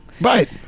Right